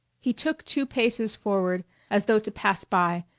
he took two paces forward as though to pass by,